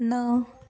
न